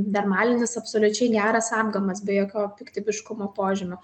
dermalinis absoliučiai geras apgamas be jokio piktybiškumo požymių